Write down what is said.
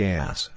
Gas